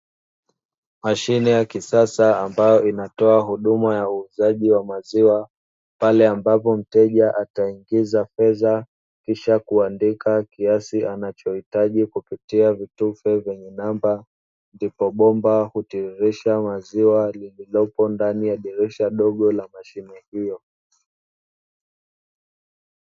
Mashine ya kisasa ambayo inatoa huduma ya uuzaji wa maziwa, pale ambapo mteja ataingiza fedha kisha kuandika kiasi anachohitaji kupitia vitufe vyenye namba, ndipo bomba hutiririsha maziwa lililopo ndani ya dirisha dogo la mashine hiyo.